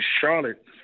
Charlotte